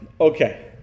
Okay